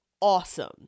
awesome